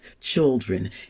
children